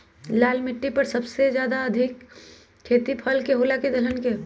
लाल मिट्टी पर सबसे ज्यादा खेती फल के होला की दलहन के?